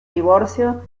divorcio